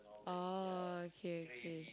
oh okay okay